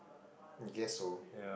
I guess so